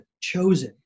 chosen